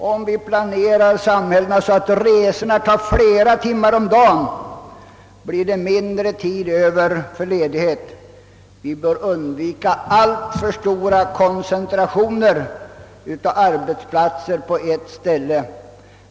Om vi planerar samhällena så att resorna mellan bostad och arbetsplats tar flera timmar om dagen, blir det mindre tid över för ledighet. Vi bör undvika alltför stora koncentrationer av arbetsplatser på ett ställe.